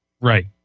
Right